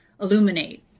illuminate